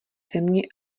země